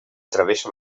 travessa